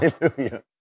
Hallelujah